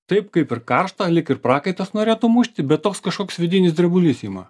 taip kaip ir karšta lyg ir prakaitas norėtų mušti bet toks kažkoks vidinis drebulys ima